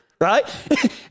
right